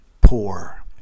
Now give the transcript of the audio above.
poor